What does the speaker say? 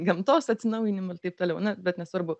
gamtos atsinaujinimu ir taip toliau na bet nesvarbu